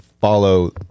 follow